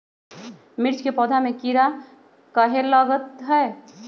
मिर्च के पौधा में किरा कहे लगतहै?